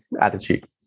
attitude